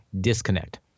disconnect